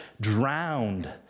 drowned